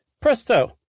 Presto